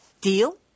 Deal